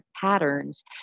patterns